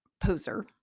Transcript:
poser